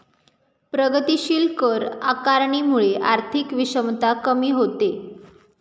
प्रगतीशील कर आकारणीमुळे आर्थिक विषमता कमी होते